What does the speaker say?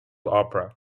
opera